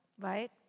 right